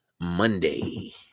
Monday